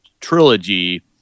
trilogy